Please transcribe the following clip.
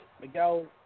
Miguel